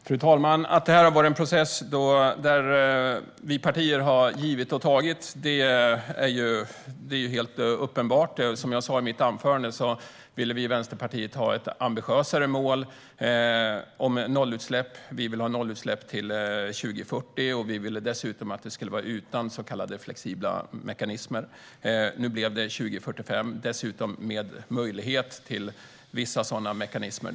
Fru talman! Att det här har varit en process där vi partier har givit och tagit är helt uppenbart. Som jag sa i mitt huvudanförande ville vi i Vänsterpartiet ha ett ambitiösare mål om nollutsläpp. Vi ville ha nollutsläpp till 2040. Vi ville dessutom att det skulle vara utan så kallade flexibla mekanismer. Nu blev det 2045, dessutom med möjlighet till vissa sådana mekanismer.